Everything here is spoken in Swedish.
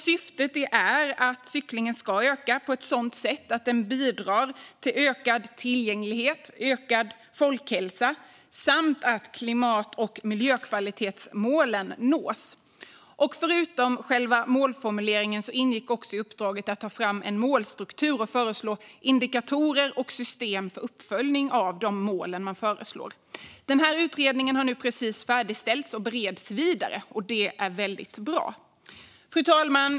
Syftet är att cyklingen ska öka på ett sådant sätt att den bidrar till ökad tillgänglighet och ökad folkhälsa samt att klimat och miljökvalitetsmålen nås. Förutom själva målformuleringen ingick i uppdraget att ta fram en målstruktur och föreslå indikatorer och system för uppföljning av de föreslagna målen. Utredningen har precis färdigställts och bereds nu vidare, vilket är väldigt bra. Fru talman!